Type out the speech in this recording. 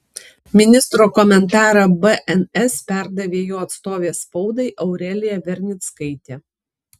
ministro komentarą bns perdavė jo atstovė spaudai aurelija vernickaitė